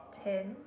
ten